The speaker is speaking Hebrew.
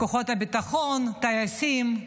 כוחות הביטחון, טייסים.